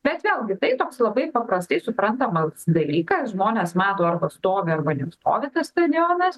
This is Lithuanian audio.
bet vėlgi tai toks labai paprastai suprantamas dalykas žmonės mato arba stovi arba nestovi tas stadionas